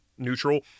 neutral